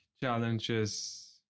challenges